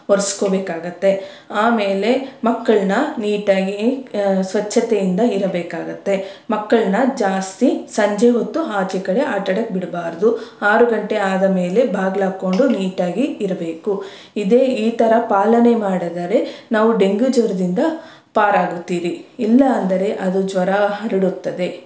ಒರ್ಸ್ಕೊಬೇಕಾಗತ್ತೆ ಆಮೇಲೆ ಮಕ್ಕಳ್ಳನ್ನ ನೀಟಾಗಿ ಸ್ವಚ್ಛತೆಯಿಂದ ಇರಬೇಕಾಗತ್ತೆ ಮಕ್ಕಳ್ಳನ್ನ ಜಾಸ್ತಿ ಸಂಜೆ ಹೊತ್ತು ಆಚೆ ಕಡೆ ಆಟಾಡಕ್ಕೆ ಬಿಡ್ಬಾರ್ದು ಆರು ಗಂಟೆ ಆದಮೇಲೆ ಬಾಗ್ಲಾಕ್ಕೊಂಡು ನೀಟಾಗಿ ಇರಬೇಕು ಇದೇ ಈ ಥರ ಪಾಲನೆ ಮಾಡಿದರೆ ನಾವು ಡೆಂಗ್ಯೂ ಜ್ವರದಿಂದ ಪಾರಾಗುತ್ತೀರಿ ಇಲ್ಲ ಅಂದರೆ ಅದು ಜ್ವರ ಹರಡುತ್ತದೆ